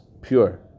pure